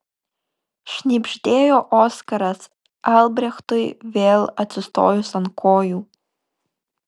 šnibždėjo oskaras albrechtui vėl atsistojus ant kojų